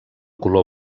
color